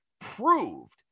proved